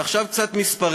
עכשיו, קצת מספרים